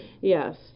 Yes